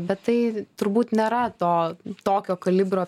bet tai turbūt nėra to tokio kalibro